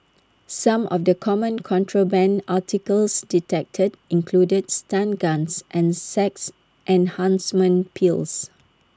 some of the common contraband articles detected included stun guns and sex enhancement pills